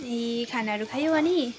ए खानाहरू खायौ अनि